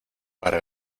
para